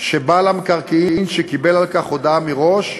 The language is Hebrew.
שבעל המקרקעין, שקיבל על כך הודעה מראש,